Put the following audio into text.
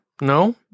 No